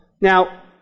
Now